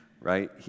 right